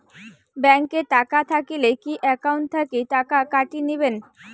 Bank এ টাকা থাকিলে কি একাউন্ট থাকি টাকা কাটি নিবেন?